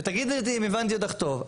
תגידי אם הבנתי אותך טוב,